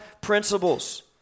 principles